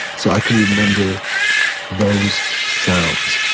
so i could remember those sounds.